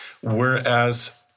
Whereas